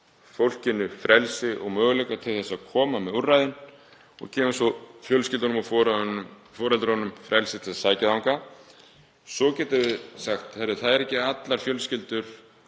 fólkinu frelsi og möguleika til að koma með úrræðin og gefum svo fjölskyldunum og foreldrunum frelsi til að sækja þangað. Svo getum við sagt: Það eru ekki allar fjölskyldur